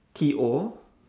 T O